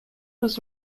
was